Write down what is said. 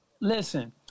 listen